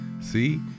See